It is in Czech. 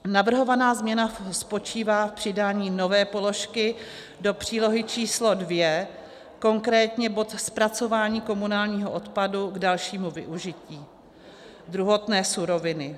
Navrhovaná změna spočívá v přidání nové položky do přílohy číslo 2, konkrétně bod zpracování komunálního odpadu k dalšímu využití druhotné suroviny.